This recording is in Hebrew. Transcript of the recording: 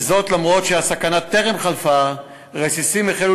וזאת אף שהסכנה טרם חלפה ורסיסים החלו